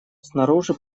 снаружи